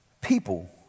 people